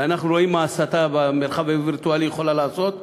ואנחנו רואים מה ההסתה במרחב הווירטואלי יכולה לעשות,